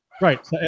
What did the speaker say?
Right